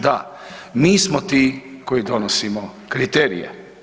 Da, mi smo ti koji donosimo kriterije.